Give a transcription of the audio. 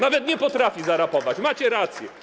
Nawet nie potrafi zarapować, macie rację.